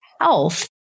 health